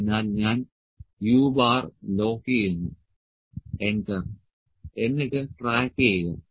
അതിനാൽ ഞാൻ u lock ചെയ്യുന്നു എന്റർ എന്നിട്ട് ട്രാക്കുചെയ്യുക